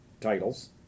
titles